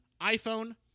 iPhone